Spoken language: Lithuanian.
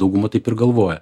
dauguma taip ir galvoja